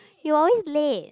you're always late